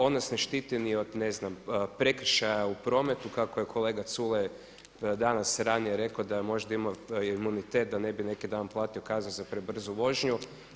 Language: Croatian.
On nas ne štiti ni od prekršaja u prometu kako je kolega Culej danas ranije rekao da je možda imao imunitet da ne bi neki dan platio kaznu za prebrzu vožnju.